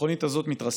המכונית הזאת מתרסקת.